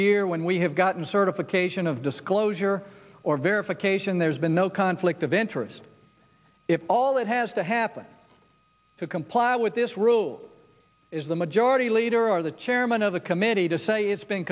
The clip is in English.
year when we have gotten certification of disclosure or verification there's been no conflict of interest if all that has to happen to comply with this rule is the majority leader or the chairman of the committee to say it's been